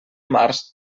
març